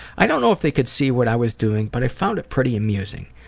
i don't know if they could see what i was doing, but i found it pretty amusing.